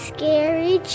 Scary